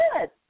Good